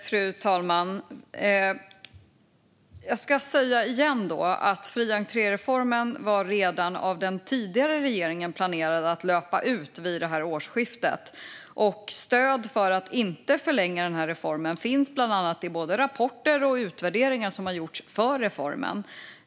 Fru talman! Jag vill än en gång säga att fri entré-reformen redan av den tidigare regeringen var planerad att löpa ut vid årsskiftet. Stöd för att inte förlänga denna reform finns bland annat i rapporter och utvärderingar som har gjorts av reformen.